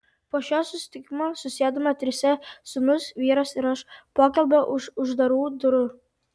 po šio susitikimo susėdome trise sūnus vyras ir aš pokalbio už uždarų durų